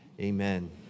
Amen